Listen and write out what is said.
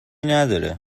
نداره